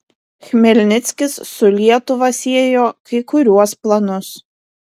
chmelnickis su lietuva siejo kai kuriuos planus